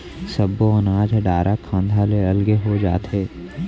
सब्बो अनाज ह डारा खांधा ले अलगे हो जाथे